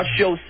show